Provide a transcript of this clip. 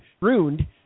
ruined